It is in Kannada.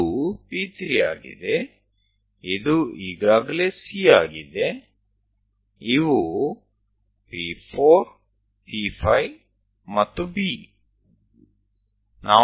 ಇದು P3 ಆಗಿದೆ ಇದು ಈಗಾಗಲೇ C ಆಗಿದೆ ಇವು P4 P5 ಮತ್ತು B